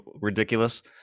ridiculous